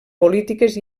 polítiques